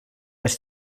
les